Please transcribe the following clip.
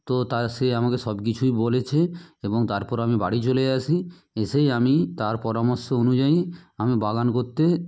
তো তার সে আমাকে সবকিছুই বলেছে এবং তারপর আমি বাড়ি চলে আসি এসেই আমি তার পরামর্শ অনুযায়ী আমি বাগান করতে